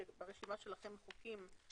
פריטים.